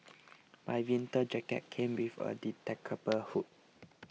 my winter jacket came with a detachable hood